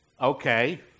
okay